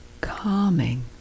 calming